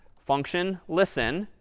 function listen.